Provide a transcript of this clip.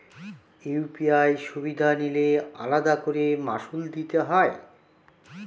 UPI সুবিধা নিলে আলাদা করে মাসুল দিতে হয়?